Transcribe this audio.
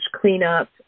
cleanup